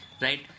Right